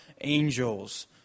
angels